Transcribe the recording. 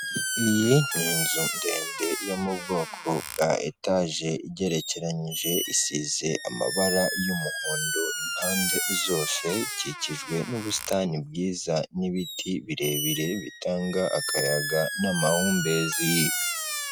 Iyi ni inzu ndende yo mu bwoko bwa etage igerekeranyije, isize amabara y'umuhondo impande zose, ikikijwe n'ubusitani bwiza n'ibiti birebire bitanga akayaga n'amahumbezi.